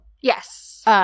Yes